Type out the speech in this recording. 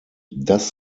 das